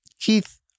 Keith